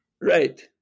Right